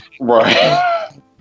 right